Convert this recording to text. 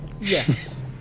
Yes